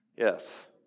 Yes